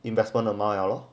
investment 的吗了了